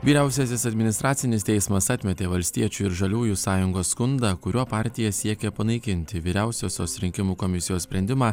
vyriausiasis administracinis teismas atmetė valstiečių ir žaliųjų sąjungos skundą kuriuo partija siekia panaikinti vyriausiosios rinkimų komisijos sprendimą